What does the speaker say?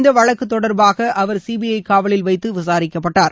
இந்த வழக்கு தொடர்பாக அவர் சிபிஐ காவலில் வைத்து விசாரிக்கப்பட்டார்